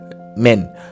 men